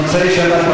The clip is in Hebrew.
מוצאי שבת בבוקר.